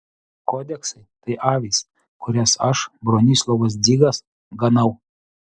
kodeksai tai avys kurias aš bronislovas dzigas ganau